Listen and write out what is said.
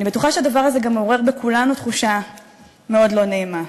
אני בטוחה שהדבר הזה גם מעורר בכולנו תחושה מאוד לא נעימה,